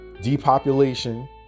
depopulation